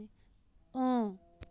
اۭں